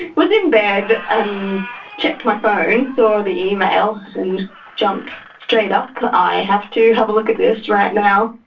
i was in bed and checked my phone, saw the email and jumped straight up, i have to have a look at this right now.